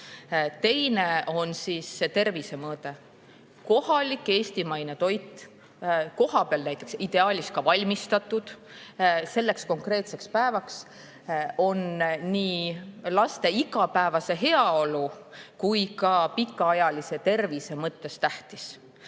Teine on tervise mõõde. Kohalik eestimaine toit, ideaalis valmistatud kohapeal selleks konkreetseks päevaks, on nii laste igapäevase heaolu kui ka pikaajalise tervise mõttes tähtis.